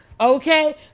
okay